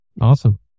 Awesome